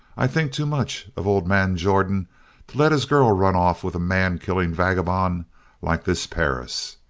i think too much of old man jordan to let his girl run off with a man-killing vagabond like this perris.